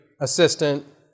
assistant